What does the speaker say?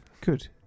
Good